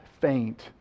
faint